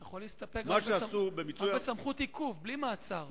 אתה יכול להסתפק בסמכות עיכוב, בלי מעצר.